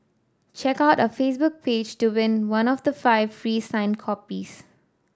check out our Facebook page to win one of the five free signed copies